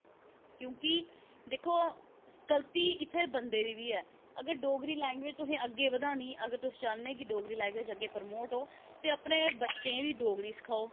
क्योंकि दिक्खो गलती इ'त्थें बंदे दी बी ऐ अगर डोगरी लैंग्वेज तुसें अग्गें बधानी अगर तुस चाह्ने कि डोगरी लैंग्वेज अग्गें प्रमोट हो ते अपने बच्चें ई बी डोगरी सखाओ